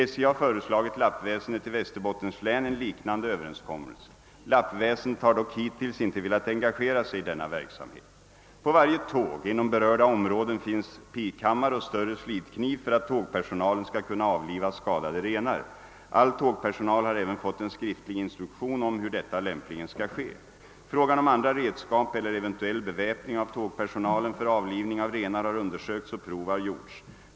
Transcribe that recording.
SJ har föreslagit lappväsendet i Västerbottens län en liknande överenskommelse. Lappväsendet har dock hittills inte velat engagera sig i denna verksamhet. På varje tåg inom berörda områden finns pikhammare och större slidkniv för att tågpersonalen skall kunna avliva skadade renar. All tågpersonal har även fått en skriftlig instruktion om hur detta lämpligen skall ske. Frågan om andra redskap eller eventuell beväpning av tågpersonalen för avlivning av renar har undersökts och prov har gjorts.